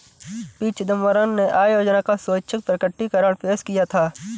P Chidambaram ने आय योजना का स्वैच्छिक प्रकटीकरण पेश किया था